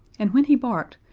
and when he barked,